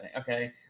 okay